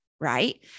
right